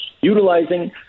utilizing